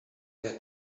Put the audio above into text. wer